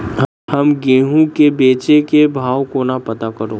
हम गेंहूँ केँ बेचै केँ भाव कोना पत्ता करू?